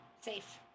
safe